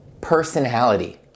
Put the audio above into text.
personality